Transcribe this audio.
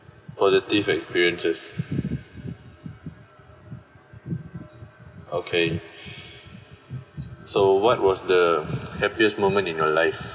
positive experiences okay so what was the happiest moment in your life